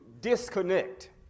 disconnect